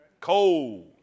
Cold